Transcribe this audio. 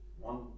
one